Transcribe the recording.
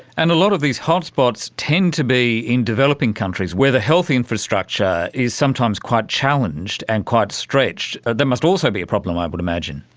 and a lot of these hotspots tend to be in developing countries where the health infrastructure is sometimes quite challenged and quite stretched. that must also be a problem, i would imagine.